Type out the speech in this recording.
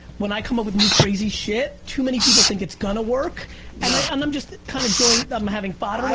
when i come up with new crazy shit, too many people think it's gonna work and ah and i'm just kind of joined i'm having fun